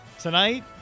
Tonight